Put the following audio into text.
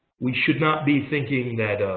we should not be thinking that